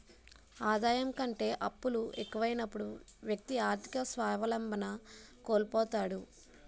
ఆదాయం కంటే అప్పులు ఎక్కువైనప్పుడు వ్యక్తి ఆర్థిక స్వావలంబన కోల్పోతాడు